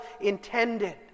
intended